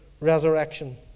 resurrection